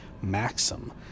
maxim